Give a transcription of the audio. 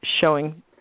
showing